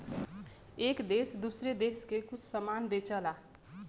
एक देस दूसरे देस के कुछ समान बेचला